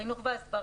(שקף: חינוך והסברה).